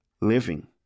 living